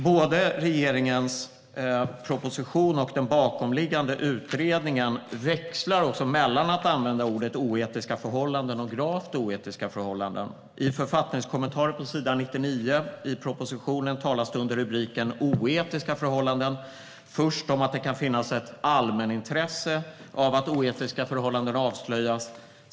Både regeringens proposition och den bakomliggande utredningen växlar mellan att använda begreppen "oetiska förhållanden" och "gravt oetiska förhållanden". I författningskommentaren på sidan 99 i propositionen står det under rubriken Oetiska förhållanden att "det kan finnas ett allmänintresse av att oetiska förhållanden avslöjas".